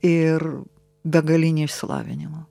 ir begalinį išsilavinimą